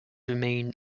remain